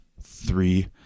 three